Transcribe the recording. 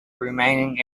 remaining